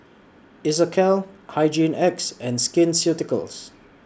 Isocal Hygin X and Skin Ceuticals